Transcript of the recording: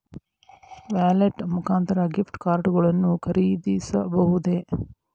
Wallet ಮುಖಾಂತರ gift card ಗಳನ್ನು ಖರೀದಿಸಬಹುದೇ?